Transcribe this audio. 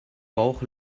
bauch